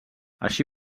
així